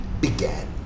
began